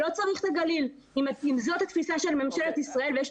אם זאת התפיסה של ממשלת ישראל אז לא צריך את הגליל.